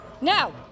Now